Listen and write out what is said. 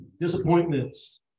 disappointments